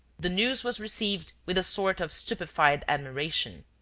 the news was received with a sort of stupefied admiration.